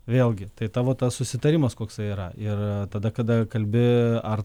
vėlgi tai tavo tas susitarimas koksai yra ir tada kada kalbi ar